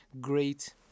great